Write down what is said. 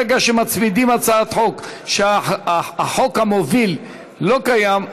ברגע שמצמידים הצעת חוק והחוק המוביל לא קיים,